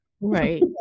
Right